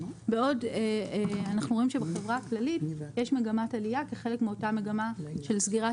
בעוד אנחנו רואים שבחברה הכללית יש מגמת עלייה כחלק מאותה מגמה של סגירת